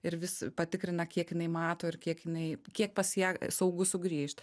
ir vis patikrina kiek jinai mato ir kiek jinai kiek pas ją saugu sugrįžt